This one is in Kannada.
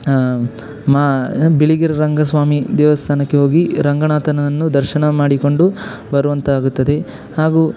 ಮಾ ಬಿಳಿಗಿರಿ ರಂಗಸ್ವಾಮಿ ದೇವಸ್ಥಾನಕ್ಕೆ ಹೋಗಿ ರಂಗನಾಥನನ್ನು ದರ್ಶನ ಮಾಡಿಕೊಂಡು ಬರುವಂತಾಗುತ್ತದೆ ಹಾಗೂ